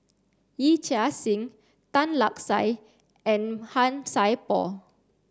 Yee Chia Hsing Tan Lark Sye and Han Sai Por